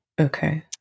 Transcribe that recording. Okay